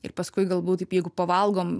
ir paskui galbūt taip jeigu pavalgom